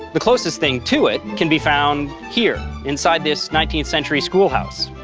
the closest thing to it can be found here, inside this nineteenth century schoolhouse.